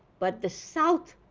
but the south